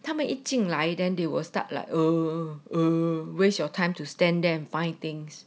他们一进来 then they will start like (ooh) (ooh) waste your time to stand there and find things